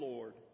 Lord